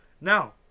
Now